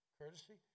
courtesy